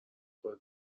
بخوره